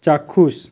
চাক্ষুষ